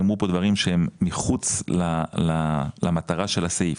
נאמרו כאן דברים שהם מחוץ למטרה של הסעיף.